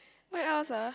what else ah